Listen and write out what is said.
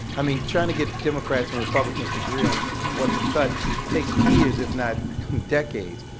i mean trying to get democrats and republicans do agree on what to cut takes years if not decades.